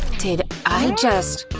did i just,